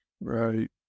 Right